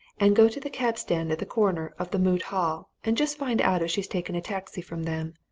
and go to the cab-stand at the corner of the moot hall, and just find out if she's taken a taxi from them,